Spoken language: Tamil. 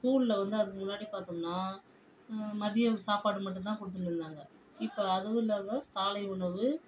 ஸ்கூலில் வந்து அதுக்கு முன்னாடி பார்த்தோம்னா மதியம் சாப்பாடு மட்டும் தான் கொடுத்துனு இருந்தாங்கள் இப்போ அதுவும் இல்லாத காலை உணவு